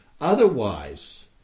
Otherwise